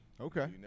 Okay